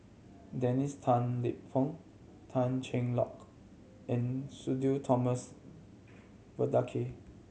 Dennis Tan Lip Fong Tan Cheng Lock and Sudhir Thomas Vadaketh